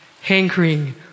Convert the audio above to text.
hankering